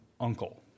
uncle